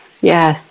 Yes